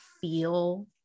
feel